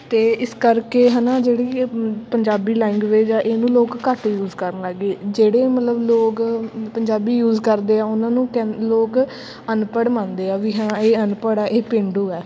ਅਤੇ ਇਸ ਕਰਕੇ ਹੈ ਨਾ ਜਿਹੜੀ ਪੰਜਾਬੀ ਲੈਂਗੁਏਜ ਆ ਇਹਨੂੰ ਲੋਕ ਘੱਟ ਯੂਜ਼ ਕਰਨ ਲੱਗ ਗਏ ਜਿਹੜੇ ਮਤਲਬ ਲੋਕ ਪੰਜਾਬੀ ਯੂਜ਼ ਕਰਦੇ ਆ ਉਹਨਾਂ ਨੂੰ ਕਹਿੰ ਲੋਕ ਅਨਪੜ੍ਹ ਮੰਨਦੇ ਆ ਵੀ ਹਾਂ ਇਹ ਅਨਪੜ੍ਹ ਹੈ ਇਹ ਪੇਂਡੂ ਹੈ